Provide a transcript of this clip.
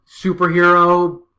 superhero